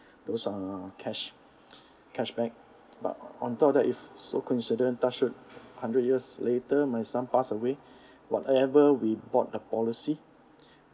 those uh cash cashback but on top of that if so coincident touch wood hundred years later my son pass away whatever we bought the policy